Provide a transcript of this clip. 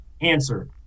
answer